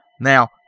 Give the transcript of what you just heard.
Now